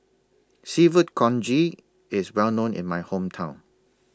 Seafood Congee IS Well known in My Hometown